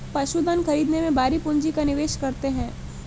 पशुधन खरीदने में भारी पूँजी का निवेश करते हैं